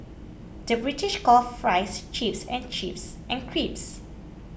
the British calls Fries Chips and chips and crisps